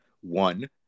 one